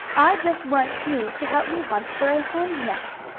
i just want you to help me hunt for a hen's nest.